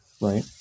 right